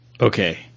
Okay